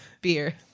beer